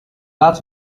latch